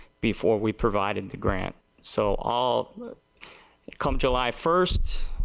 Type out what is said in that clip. before we provided the granted. so all come july first,